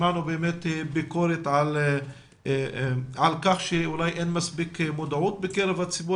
שמענו ביקורת על כך שאולי אין מספיק מודעות בקרב הציבור